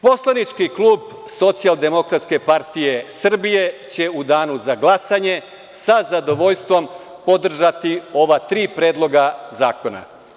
Poslanički klub Socijaldemokratske partije Srbije će u danu za glasanje sa zadovoljstvom podržati ova tri predloga zakona.